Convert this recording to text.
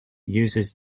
uses